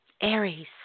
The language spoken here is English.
Aries